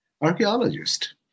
Archaeologist